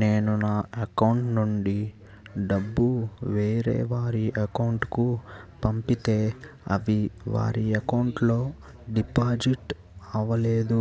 నేను నా అకౌంట్ నుండి డబ్బు వేరే వారి అకౌంట్ కు పంపితే అవి వారి అకౌంట్ లొ డిపాజిట్ అవలేదు